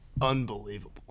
unbelievable